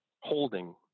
holding